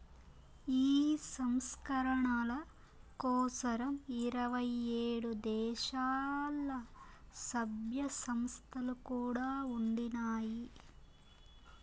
ఈ సంస్కరణల కోసరం ఇరవై ఏడు దేశాల్ల, సభ్య సంస్థలు కూడా ఉండినాయి